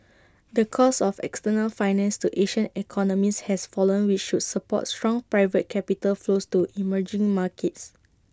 the cost of external finance to Asian economies has fallen which should support strong private capital flows to emerging markets